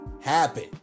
happen